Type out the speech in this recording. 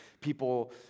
people